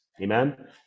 Amen